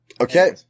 Okay